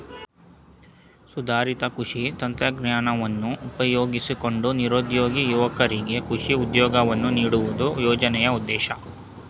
ಸುಧಾರಿತ ಕೃಷಿ ತಂತ್ರಜ್ಞಾನವನ್ನು ಉಪಯೋಗಿಸಿಕೊಂಡು ನಿರುದ್ಯೋಗಿ ಯುವಕರಿಗೆ ಕೃಷಿ ಉದ್ಯೋಗವನ್ನು ನೀಡುವುದು ಯೋಜನೆಯ ಉದ್ದೇಶ